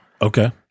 okay